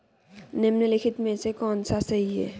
निम्नलिखित में से कौन सा सही है?